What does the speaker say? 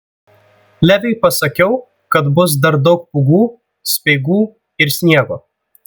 leviui pasakiau kad bus dar daug pūgų speigų ir sniego